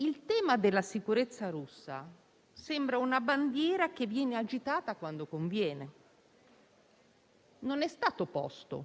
Il tema della sicurezza russa sembra una bandiera che viene agitata quando conviene. Non è stato posto